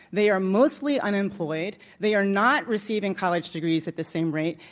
they are mostly unemployed, they are not receiving college degrees at the same rate.